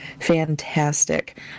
Fantastic